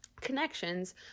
Connections